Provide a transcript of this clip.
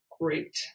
great